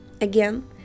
Again